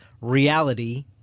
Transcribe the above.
reality